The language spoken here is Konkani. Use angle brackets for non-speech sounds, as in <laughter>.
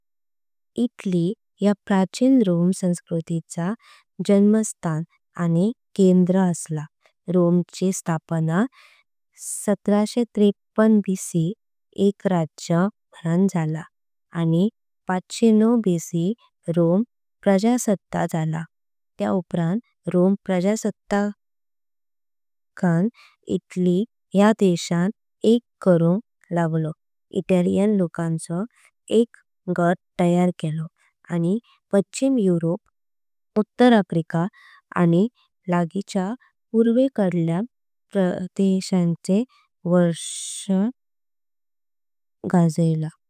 इटली या प्राचीन रोम संस्कृती चा जन्मस्थान आणि केंद्र असला। रोम ची स्थापना सातशे त्रेपन्न इ स पूर्वे एक राज्य म्हणून झाला। आणि पाचशे नऊ इ स पूर्वे रोम प्रजासत्ता झाला त्या उपरा रोम। प्रजासत्ता <hesitation> का इटली या देशान एक करूनक। लागलो इटलीयन लोकांचो एक गट तयार केलो आणि। पश्चिम यूरोप उत्तर आफ्रिका आणि लागिच्य पूर्वे। कडल्या प्रदेशांचे वर्चस्व <hesitation> गजायला।